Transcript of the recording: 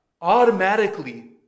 Automatically